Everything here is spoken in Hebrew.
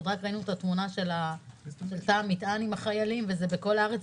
ראינו את התמונה של תא המטען עם החיילים וזה בכל הארץ,